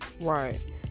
Right